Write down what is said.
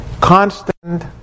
Constant